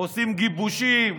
עושים גיבושים,